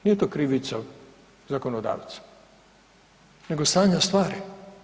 Nije to krivica zakonodavca nego stanja stvari.